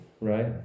right